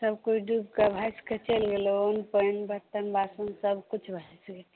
सभकिछु डुबिकऽ भसिकऽ चलि गेलै पानि बर्तन वासन सभकिछु भसि गेलै